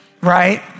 right